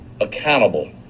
accountable